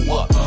up